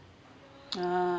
ah